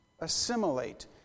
assimilate